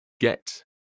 get